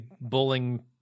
bowling